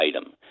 item